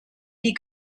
wie